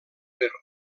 per